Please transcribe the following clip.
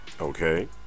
Okay